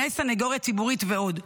ארגוני סנגוריה ציבורית ועוד.